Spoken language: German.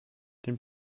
den